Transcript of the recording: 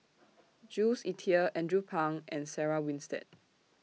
Jules Itier Andrew Phang and Sarah Winstedt